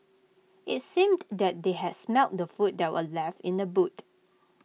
IT seemed that they had smelt the food that were left in the boot